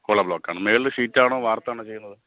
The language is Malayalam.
ഹോളോ ബ്ലോക്കാണ് മുകളില് ഷീറ്റാണോ വാര്പ്പാണോ ചെയ്യുന്നത്